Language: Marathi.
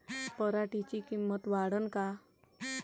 पराटीची किंमत वाढन का?